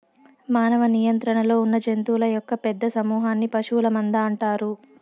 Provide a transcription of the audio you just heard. మానవ నియంత్రణలో ఉన్నజంతువుల యొక్క పెద్ద సమూహన్ని పశువుల మంద అంటారు